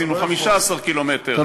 15 קילומטר,